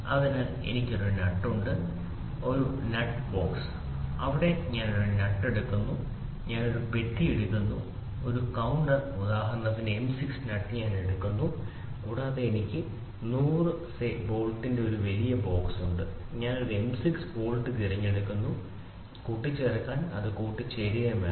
അതിനാൽ എനിക്ക് ഒരു നട്ട് ഉണ്ട് ഒരു നട്ട് ബോക്സ് അവിടെ ഞാൻ ഒരു നട്ട് എടുക്കുന്നു ഞാൻ ഒരു പെട്ടി എടുക്കുന്നു ഒരു കൌണ്ടർ ഉദാഹരണത്തിന് M 6 നട്ട് ഞാൻ എടുക്കുന്നു കൂടാതെ എനിക്ക് 1000 സെ ബോൾട്ടിന്റെ ഒരു വലിയ ബോക്സ് ഉണ്ട് ഞാൻ ഒരു M 6 ബോൾട്ട് തിരഞ്ഞെടുക്കുന്നു ഞാൻ ശ്രമിക്കണം കൂട്ടിച്ചേർക്കാൻ അത് കൂട്ടിച്ചേർക്കണം